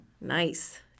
Nice